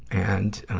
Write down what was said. and,